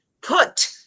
Put